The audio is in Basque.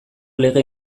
lege